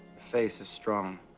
face is strong,